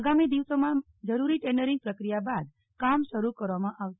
આગામી દિવસોમાં જરૂરી ટેન્ડરિંગ પ્રક્રિયા બાદ કામ શરૂ કરવામાં આવશે